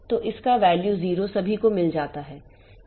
तो इसका वैल्यू 0 सभी को मिल जाता है